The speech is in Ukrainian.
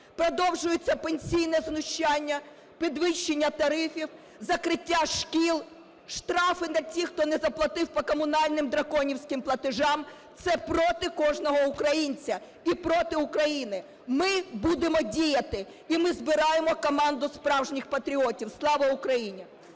продовжується пенсійне знущання, підвищення тарифів, закриття шкіл, штрафи для тих, хто не заплатив по комунальним драконівським платежам – це проти кожного українця і проти України. Ми будемо діяти і ми збираємо команду справжніх патріотів. Слава Україні!